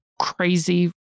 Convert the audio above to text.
crazy